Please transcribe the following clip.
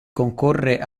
concorre